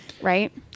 Right